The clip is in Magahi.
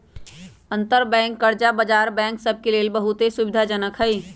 अंतरबैंक कर्जा बजार बैंक सभ के लेल बहुते सुविधाजनक हइ